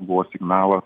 buvo signalas